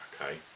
Okay